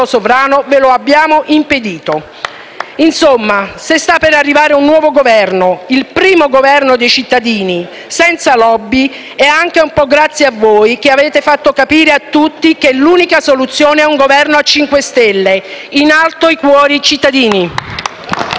Congratulazioni)*. Insomma, se sta per arrivare un nuovo Governo, il primo Governo dei cittadini, senza *lobby*, è anche un po' grazie a voi, che avete fatto capire a tutti che l'unica soluzione è un Governo a 5 Stelle. In alto i cuori, cittadini!